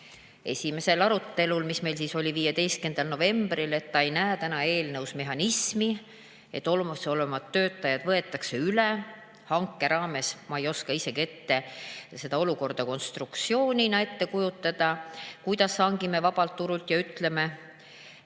esimesel arutelul, mis meil oli 15. novembril, et ta ei näe eelnõus mehhanismi, millega olemasolevad töötajad võetaks üle hanke raames. Ma ei oska seda olukorda isegi konstruktsioonina ette kujutada, kuidas hangime vabalt turult ja ütleme,